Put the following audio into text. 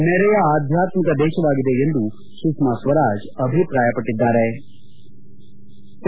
ನೆರೆಯ ಆಧ್ಯಾತ್ವಿಕ ದೇಶವಾಗಿದೆ ಎಂದು ಸುಷ್ನಾ ಸ್ವರಾಜ್ ಅಭಿಪ್ರಾಯ ಪಟ್ಟದ್ದಾರೆ